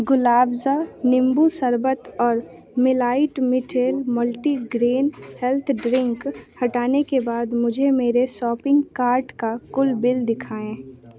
ग़ुलाबज़ नींबू शरबत और मिलाइट मिलेट मल्टीग्रैन हेल्थ ड्रिंक हटाने के बाद मुझे मेरे शॉपिंग कार्ट का कुल बिल दिखाएँ